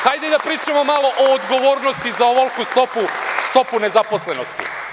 Hajde da pričamo malo o odgovornosti za ovoliku stopu nezaposlenosti.